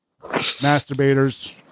masturbators